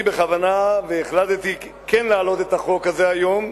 אני בכוונה והחלטתי כן להעלות את החוק הזה היום,